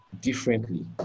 differently